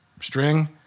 string